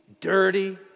dirty